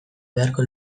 beharko